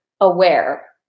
aware